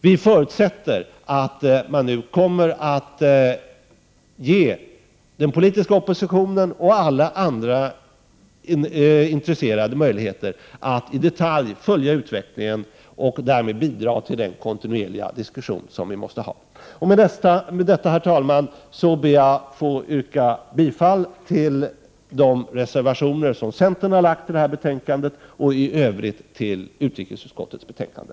Vi förutsätter att man nu kommer att ge den politiska oppositionen och alla andra intresserade möjlighet att i detalj följa utvecklingen och därmed kunna bidra till den kontinuerliga diskussionen som är nödvändig. Herr talman! Med detta ber jag att få yrka bifall till de reservationer som centerpartiet har fogat till betänkandet och i övrigt till hemställan i utrikesutskottets betänkande.